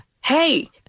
hey